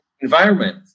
environment